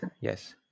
yes